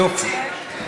יופי.